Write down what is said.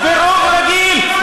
ברוב רגיל,